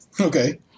Okay